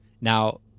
Now